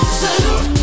salute